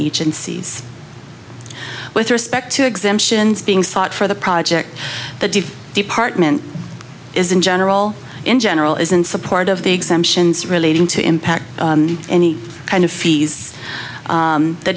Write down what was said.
agencies with respect to exemptions being sought for the project the department is in general in general is in support of the exemptions relating to impact any kind of fees